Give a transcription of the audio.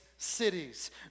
Cities